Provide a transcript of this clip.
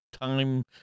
time